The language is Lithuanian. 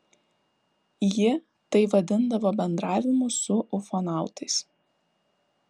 ji tai vadindavo bendravimu su ufonautais